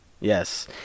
Yes